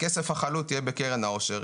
הכסף החלוט יהיה בקרן העושר.